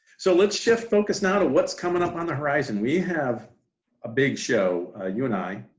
so let's shift focus now to what's coming up on the horizon, we have a big show you, and i,